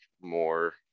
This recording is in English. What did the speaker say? more